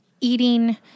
eating